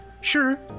Sure